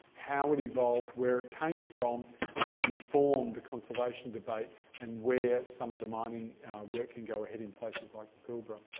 how it evolved, where it came from, to inform the conservation debate and where some of the mining work can go ahead in places like the pilbara.